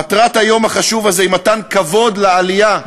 מטרת היום החשוב הזה היא מתן כבוד לעלייה,